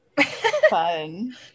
Fun